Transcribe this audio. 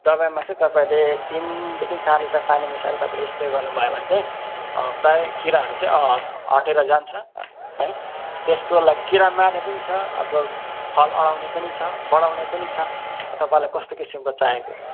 दबाईमा चाहिँ तपाईँले तिनदेखिन् चार लिटर पानी मिसाएर तपाईँले स्प्रे गर्नुभयो भने चाहिँ प्राय किराहरू चाहिँ अँ हटेर जान्छ है त्यसको लागि किरा मार्ने पनि छ अब फल अड्याउने पनि छ बढाउने पनि छ तपाईँलाई कस्तो किसिमको चाहिएको